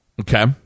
Okay